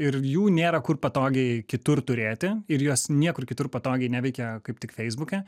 ir jų nėra kur patogiai kitur turėti ir jos niekur kitur patogiai neveikia kaip tik feisbuke